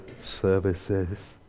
services